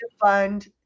fund